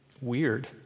weird